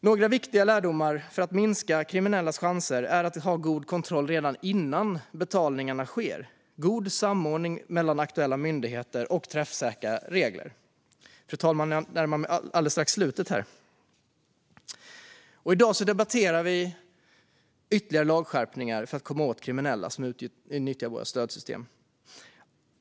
Några viktiga lärdomar för att minska kriminellas chanser är att ha god kontroll redan innan betalningarna sker, god samordning mellan aktuella myndigheter och träffsäkra regler. Fru talman! I dag debatterar vi ytterligare lagskärpningar för att komma åt kriminella som utnyttjar våra stödsystem.